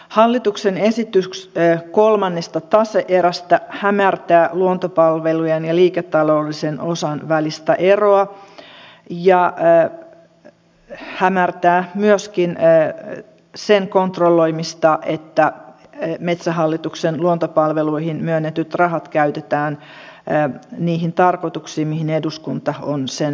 hallituksen esitys kolmannesta tase erästä hämärtää luontopalvelujen ja liiketaloudellisen osan välistä eroa ja hämärtää myöskin sen kontrolloimista että metsähallituksen luontopalveluihin myönnetyt rahat käytetään niihin tarkoituksiin mihin eduskunta on ne myöntänyt